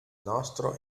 nostro